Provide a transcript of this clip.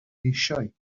eisiau